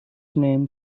name